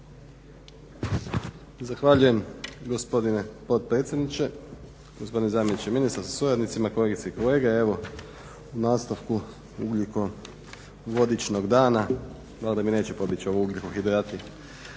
Zahvaljujem gospodine potpredsjedniče, gospodine zamjeniče ministra sa suradnicima, kolegice i kolege. Evo u nastavku ugljikovodičnog dana, valjda mi neće pobjeći ovo ugljikohidrati,